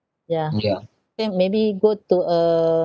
yeah then maybe go to a